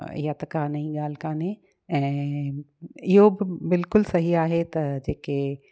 ईअं त का नईं ॻाल्हि कोन्हे ऐं इहो बि बिल्कुलु सही आहे त जेके